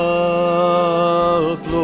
up